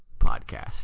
podcast